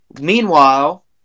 meanwhile